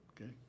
Okay